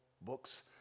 books